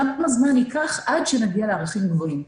כמה זמן ייקח עד שנגיע לערכים גבוהים.